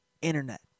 internet